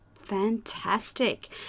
fantastic